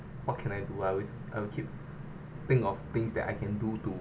what can I do I always I will keep think of things that I can do to